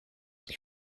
die